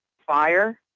fire,